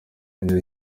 iri